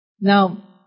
Now